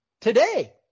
Today